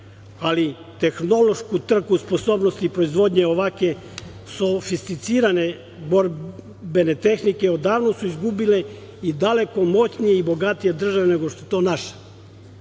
ali tehnološku trku sposobnosti proizvodnje ovakve sofisticirane borbene tehnike odavno su izgubile daleko moćnije i bogatije države nego što je to naša.